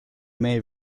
may